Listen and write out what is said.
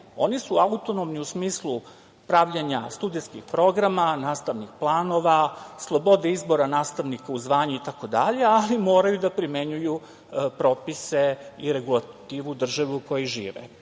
oni su autonomni u smislu pravljenja studijskih programa, nastavnih planova, slobode izbora nastavnika u zvanje itd, ali moraju da primenjuju propise i regulativu države u kojoj žive,